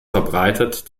verbreitert